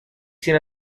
sin